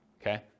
okay